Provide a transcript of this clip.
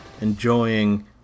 enjoying